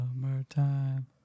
summertime